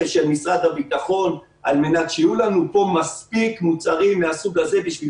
של משרד הביטחון על מנת שיהיו לנו פה מספיק מוצרים מן הסוג הזה בשביל